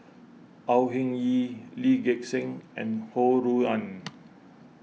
Au Hing Yee Lee Gek Seng and Ho Rui An